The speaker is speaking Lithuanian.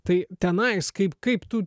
tai tenais kaip kaip tu